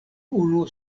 unu